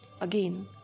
Again